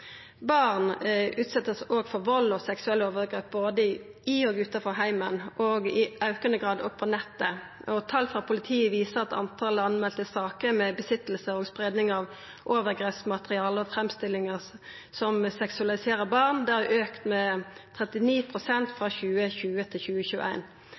Barn vert òg utsette for vald og seksuelle overgrep, både i og utanfor heimen og i aukande grad òg på nettet. Tal frå politiet viser at antalet melde saker med innehav og spreiing av overgrepsmateriale og framstillingar som seksualiserer barn, har auka med